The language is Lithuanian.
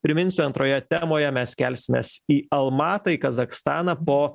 priminsiu antroje temoje mes kelsimės į almatą į kazachstaną po